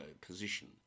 position